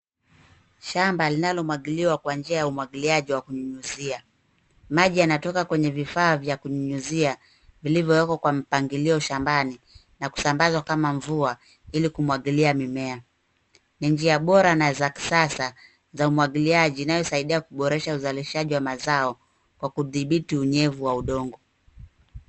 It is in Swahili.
Shamba linalomwagiliwa kwa njia ya umwagiliaji wa kunyunyizia. Maji yanatoka kutoka kwenye vifaa vya kunyunyizia vilivyowekwa kwa mpangilio shambani na kusambaza kama mvua ili kumwagilia mimea. Ni njia bora na za kisasa za umwagiliaji inayosaidia kuboresha uzalishaji wa mazao kwa kudhibiti unyevu wa udongo.